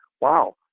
wow